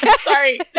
Sorry